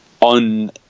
on